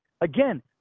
again